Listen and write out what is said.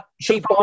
cheap